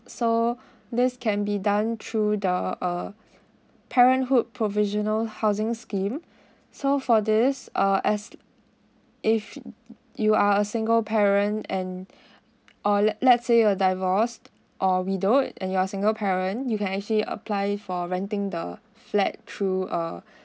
so this can be done through the uh parenthood provisional housing scheme so for this uh as if you are a single parent and or let let's say a divorced or widow and you are single parent you can actually apply for renting the flat through uh